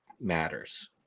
matters